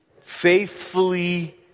faithfully